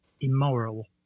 immoral